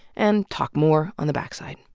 and talk more, on the backside.